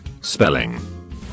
Spelling